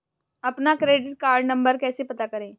अपना credit card number कैसे पता करें?